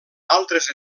altres